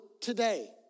today